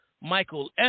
Michael